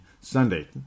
Sunday